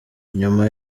nyuma